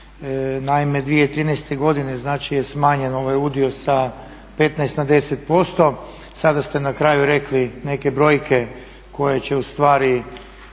Naime, 2013. godine znači je smanjen ovaj udio sa 15 na 10%, sada ste na kraju rekli neke brojke koje će ustvari